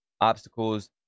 obstacles